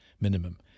minimum